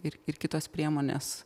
ir ir kitos priemonės